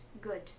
good